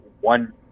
one